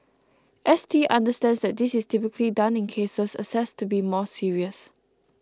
S T understands that this is typically done in cases assessed to be more serious